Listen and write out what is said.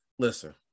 Listen